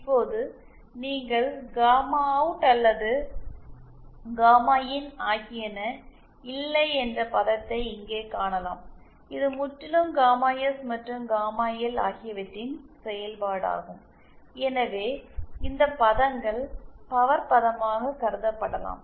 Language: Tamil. இப்போது நீங்கள் காமா அவுட் அல்லது காமா இன் ஆகியன இல்லை என்பதை இங்கே காணலாம் இது முற்றிலும் காமா எஸ் மற்றும் காமா எல் ஆகியவற்றின் செயல்பாடாகும் எனவே இந்த பதங்கள் பவர் பதமாக கருதப்படலாம்